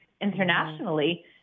internationally